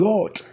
God